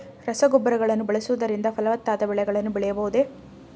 ರಸಗೊಬ್ಬರಗಳನ್ನು ಬಳಸುವುದರಿಂದ ಫಲವತ್ತಾದ ಬೆಳೆಗಳನ್ನು ಬೆಳೆಯಬಹುದೇ?